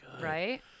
Right